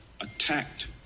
Attacked